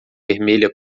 vermelha